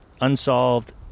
unsolved